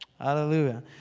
Hallelujah